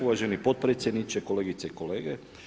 Uvaženi potpredsjedniče, kolegice i kolege.